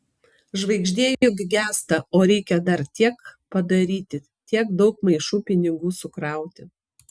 žvaigždė juk gęsta o reikia dar tiek padaryti tiek daug maišų pinigų sukrauti